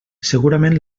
segurament